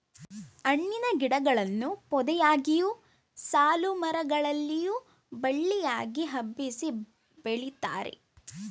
ಹಣ್ಣಿನ ಗಿಡಗಳನ್ನು ಪೊದೆಯಾಗಿಯು, ಸಾಲುಮರ ಗಳಲ್ಲಿಯೂ ಬಳ್ಳಿಯಾಗಿ ಹಬ್ಬಿಸಿ ಬೆಳಿತಾರೆ